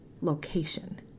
location